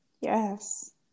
Yes